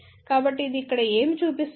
కాబట్టి ఇది ఇక్కడ ఏమి చూపిస్తుంది